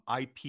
IP